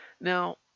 Now